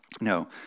No